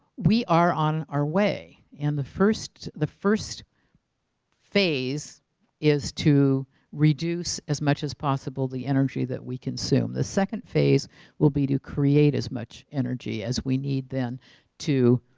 we are on our way and the first the first phase is to reduce as much as possible the energy that we consume. the second phase will be to create as much energy as we need then to